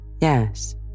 Yes